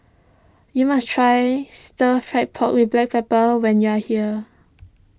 you must try Stir Fried Pork with Black Pepper when you are here